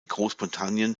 großbritannien